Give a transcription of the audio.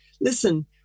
listen